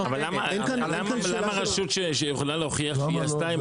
אבל אם יש רשות שיכולה להוכיח שהיא עשתה את